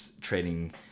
trading